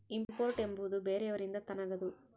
import ಎಂಬುವುದು ಬೇರೆಯವರಿಂದ ತಗನದು